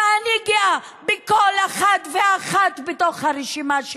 ואני גאה בכל אחד ואחת בתוך הרשימה שלי.